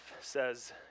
says